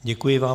Děkuji vám.